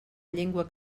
llengua